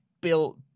built